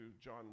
John